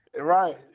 Right